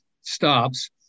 stops